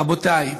רבותיי,